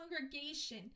congregation